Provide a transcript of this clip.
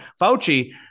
Fauci